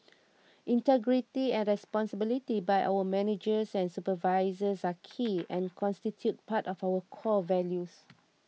integrity and responsibility by our managers and supervisors are key and constitute part of our core values